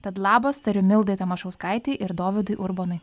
tad labas tariu mildai tamašauskaitei ir dovydui urbonui